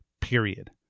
period